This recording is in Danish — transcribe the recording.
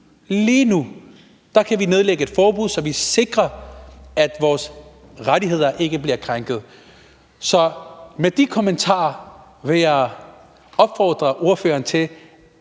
lige nu kan vi nedlægge et forbud, så vi sikrer, at vores rettigheder ikke bliver krænket. Så med de kommentarer vil jeg opfordre ordføreren til